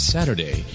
Saturday